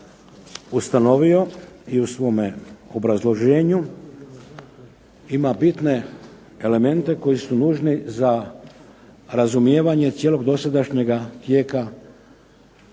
ustanovio i u svome obrazloženju ima bitne elemente koji su nužni za razumijevanje cijelog dosadašnjega tijeka